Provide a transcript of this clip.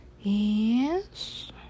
Yes